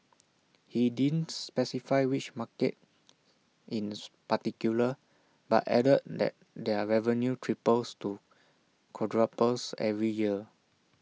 he didn't specify which markets in particular but added that their revenue triples to quadruples every year